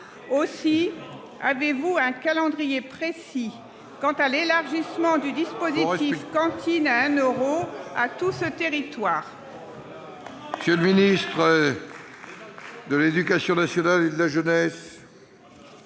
sens ? Avez-vous un calendrier précis relatif à l'élargissement du dispositif « cantine à un euro » à tout le territoire ?